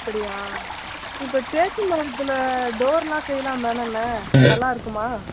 அப்படியா இப்போ தேக்கு மரத்தில் டோரெலாம் செய்யலாம் தானே அண்ணா நல்லா இருக்குமா